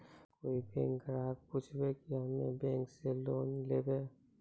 कोई बैंक ग्राहक पुछेब की हम्मे बैंक से लोन लेबऽ?